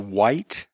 white